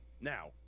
Now